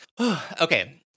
Okay